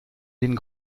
den